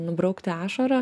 nubraukti ašarą